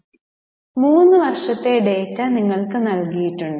3 വർഷത്തെ ഡാറ്റ നിങ്ങൾക്ക് നനൽകിയിട്ടുണ്ട്